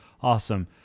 Awesome